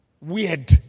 weird